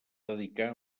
dedicar